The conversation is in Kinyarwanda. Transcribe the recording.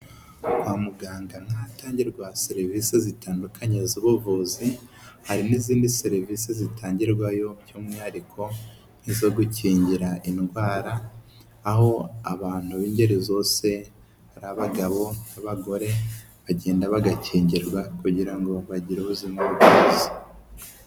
Kwa muganga ahatangirwa serivisi zitandukanye z'ubuvuzi, hari n'izindi serivisi zitangirwayo by'umwihariko nk'izo gukingira indwara, aho abantu b'ingeri zose ari abagabo n'abagore bagenda bagakingirwa kugira ngo bagire ubuzima bwiza.